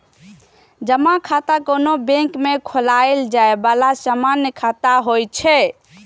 जमा खाता कोनो बैंक मे खोलाएल जाए बला सामान्य खाता होइ छै